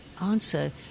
answer